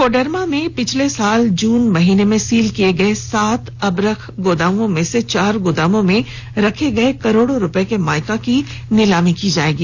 कोडरमा में पिछले साल जून महीने में सील किए गए सात अबरख गोदामों में से चार गोदामों में रखे गए करोड़ो रुपये के मायका की नीलामी की जाएगी